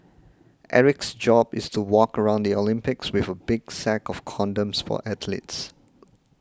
Eric's job is to walk around the Olympics with a big sack of condoms for athletes